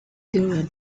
during